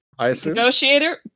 Negotiator